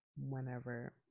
whenever